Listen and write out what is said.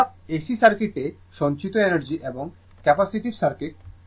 অর্থাৎ AC সার্কিটে সঞ্চিত এনার্জি এবং ক্যাপাসিটিভ সার্কিট